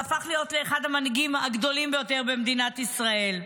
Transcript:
והפך להיות לאחד המנהיגים הגדולים ביותר במדינת ישראל.